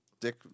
dick